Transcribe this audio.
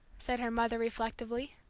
said her mother, reflectively.